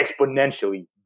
exponentially